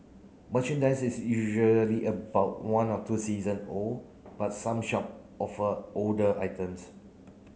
merchandise is usually about one to two season old but some shop offer older items